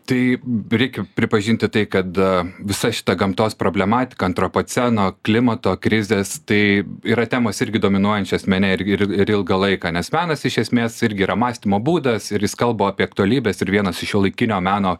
tai reikia pripažinti tai kad visa šita gamtos problematika antropoceno klimato krizės tai yra temos irgi dominuojančios mene ir ilgą laiką nes menas iš esmės irgi yra mąstymo būdas ir jis kalba apie aktualybes ir vienas iš šiuolaikinio meno